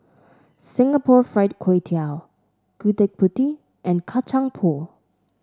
Singapore Fried Kway Tiao Gudeg Putih and Kacang Pool